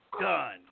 done